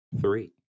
three